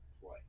play